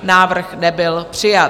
Návrh nebyl přijat.